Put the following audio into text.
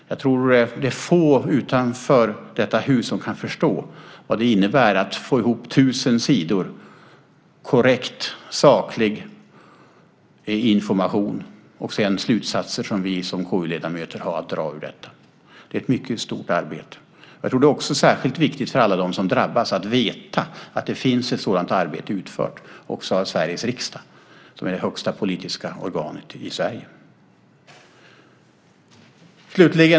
Jag tror att få utanför detta hus kan förstå vad det innebär att få ihop tusen sidor korrekt och saklig information och sedan slutsatser som vi som KU-ledamöter har att dra ur detta. Det är ett mycket stort arbete. Det är också särskilt viktigt för alla dem som drabbats att veta att det finns ett sådant arbete utfört också av Sveriges riksdag, som är det högsta politiska organet i Sverige.